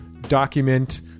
document